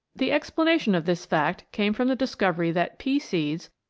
the explanation of this fact came from the discovery that pea-seeds,